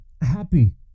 happy